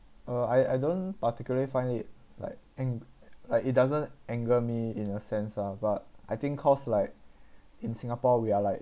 uh I I don't particularly find it like ang~ like it doesn't anger me in a sense lah but I think cause like in singapore we are like